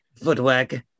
Footwork